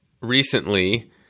recently